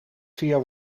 via